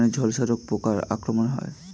ধানের ঝলসা রোগ পোকার আক্রমণে হয়?